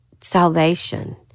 salvation